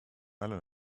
alle